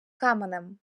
каменем